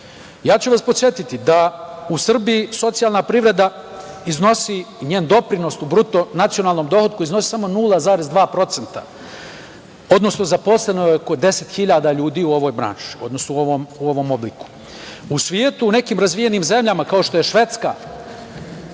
vas da u Srbiji socijalna privreda iznosi, njen doprinos u bruto nacionalnom dohotku iznosi samo 0,2%, odnosno zaposleno je oko 10.000 ljudi u ovoj branši, odnosno u ovom obliku. U svetu, u nekim razvijenim zemljama, kao što je Švedska,